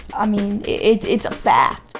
i mean, it's it's a fact.